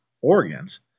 organs